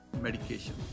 medication